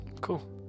cool